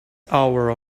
hour